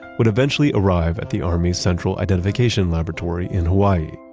would eventually arrive at the army's central identification laboratory in hawaii.